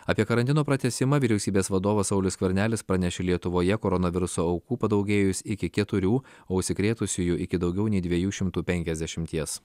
apie karantino pratęsimą vyriausybės vadovas saulius skvernelis pranešė lietuvoje koronaviruso aukų padaugėjus iki keturių o užsikrėtusiųjų iki daugiau nei dviejų šimtų penkiasdešimties